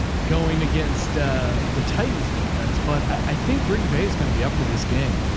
going against the titans defense. but i think green bay is going to be up for this game.